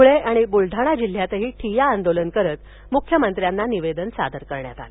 धुळे आणि बुलडाणा जिल्ह्यातही ठिय्या आंदोलन करत मुख्यमंत्र्यांना निवेदन सादर करण्यात आलं